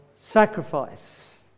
sacrifice